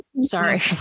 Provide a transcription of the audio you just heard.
sorry